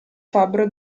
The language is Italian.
fabbro